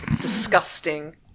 Disgusting